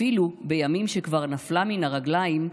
/ אפילו בימים שכבר נפלה מן הרגלים,